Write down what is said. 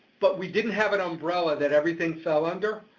but we didn't have an umbrella that everything fell under.